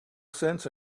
sense